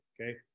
Okay